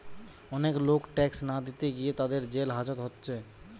অনেক লোক ট্যাক্স না দিতে গিয়ে তাদের জেল হাজত হচ্ছে